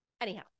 Anyhow